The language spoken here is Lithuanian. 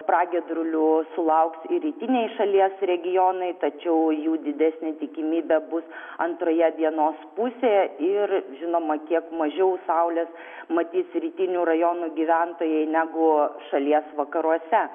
pragiedrulių sulauks ir rytiniai šalies regionai tačiau jų didesnė tikimybė bus antroje dienos pusėje ir žinoma kiek mažiau saulės matys rytinių rajonų gyventojai negu šalies vakaruose